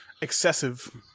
excessive